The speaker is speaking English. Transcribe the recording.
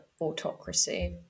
autocracy